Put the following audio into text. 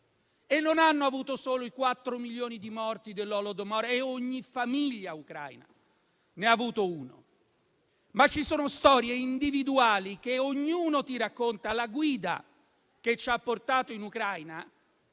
e non hanno avuto solo i 4 milioni di morti dell'Holodomor (e ogni famiglia ucraina ne ha avuto uno), ma ci sono storie individuali che ognuno racconta. La guida che ci ha portato in Ucraina